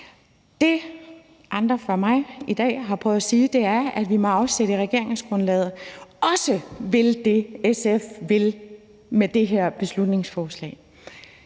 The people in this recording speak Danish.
Det, andre før mig i dag har prøvet at sige, er, at vi med afsæt i regeringsgrundlaget også vil det, SF vil med det her beslutningsforslag,